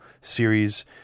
series